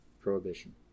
Prohibition